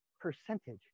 percentage